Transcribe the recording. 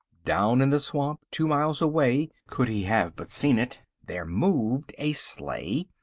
down in the swamp, two miles away, could he have but seen it, there moved a sleigh,